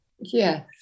Yes